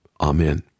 Amen